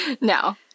no